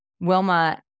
Wilma